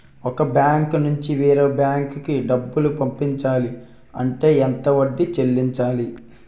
ఒక బ్యాంక్ నుంచి వేరే బ్యాంక్ కి డబ్బులు పంపించాలి అంటే ఎంత వడ్డీ చెల్లించాలి?